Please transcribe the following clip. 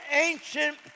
ancient